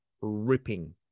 ripping